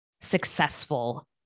successful